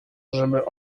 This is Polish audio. żeby